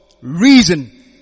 reason